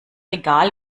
egal